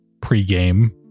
pre-game